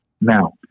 Now